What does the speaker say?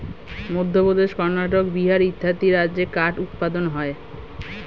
মধ্যপ্রদেশ, কর্ণাটক, বিহার ইত্যাদি রাজ্যে কাঠ উৎপাদন হয়